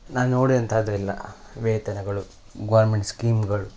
ನಾನು ನೋಡಿದಂಥದ್ದು ಎಲ್ಲ ವೇತನಗಳು ಗೋರ್ಮೆಂಟ್ ಸ್ಕೀಮ್ಗಳು